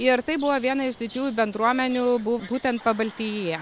ir tai buvo viena iš didžiųjų bendruomenių bu būtent pabaltijyje